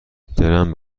دلم